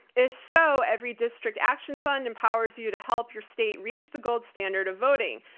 if so, everydistrict action fund empowers you to help your state reach the gold standard of voting.